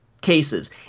cases